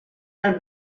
nel